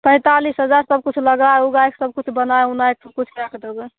पैंतालीस हजार सबकिछु लगाय ऊगाए सबकिछु बनाय ऊनाय सबकिछु कए कऽ देबै